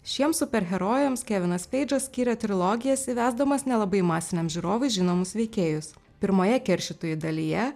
šiems superherojams kevinas peidžas skyrė trilogijas įvesdamas nelabai masiniam žiūrovui žinomus veikėjus pirmoje keršytojų dalyje